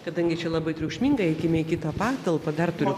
kadangi čia labai triukšminga eikime į kitą patalpą dar turiu